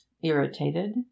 irritated